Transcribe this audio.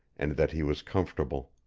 and that he was comfortable.